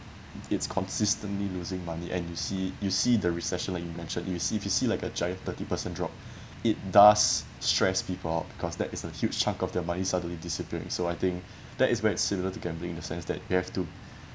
it's consistently losing money and you see you see the recession like you mentioned you see you see like a giant thirty percent drop it does stress people out because that is a huge chunk of their money suddenly disappearing so I think that is very similar to gambling in the sense that you have to